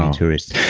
tourists.